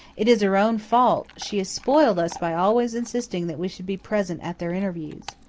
it is her own fault she has spoiled us by always insisting that we should be present at their interviews.